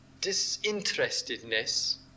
disinterestedness